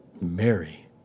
Mary